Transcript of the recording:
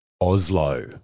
Oslo